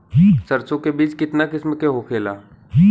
सरसो के बिज कितना किस्म के होखे ला?